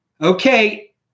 Okay